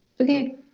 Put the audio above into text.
Okay